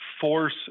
force